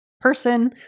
person